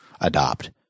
adopt